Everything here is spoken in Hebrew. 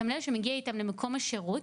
מתמלל שמגיע איתם למקום השרות,